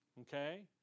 okay